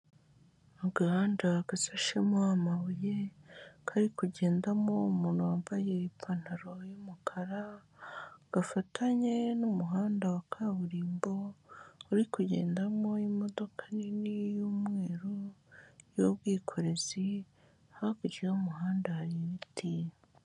Agahanda gasashemo amabuye kari kugendamo umuntu wambaye ipantaro y'umukara, gafatanye n'umuhanda wa kaburimbo uri kugendamo imodoka nini y'umweru yubwikorezi, hakurya y'umuhanda hari ibiti.